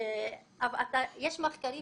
יש מחקרים